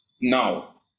now